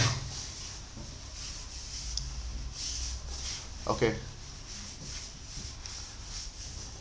okay